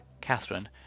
Catherine